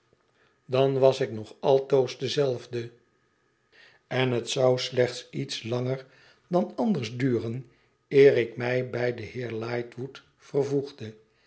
vriend was ik nog altoos dezelfde en het zou slechts iets langer dan anders duren eer ik mij bij den heer lightwood vervoegde